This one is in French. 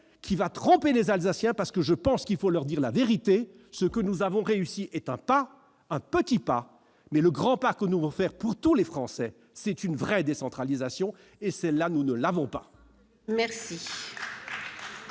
qui va tromper les Alsaciens ; je pense qu'il faut leur dire la vérité. Ce que nous avons réussi est un pas, un petit pas. Mais le grand pas que nous devons à tous les Français, c'est une vraie décentralisation ; celle-là, nous ne l'avons pas !